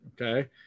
Okay